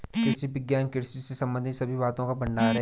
कृषि विज्ञान कृषि से संबंधित सभी बातों का भंडार है